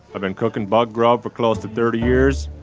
i've been cooking bug grub for close to thirty years.